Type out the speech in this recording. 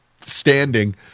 standing